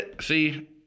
See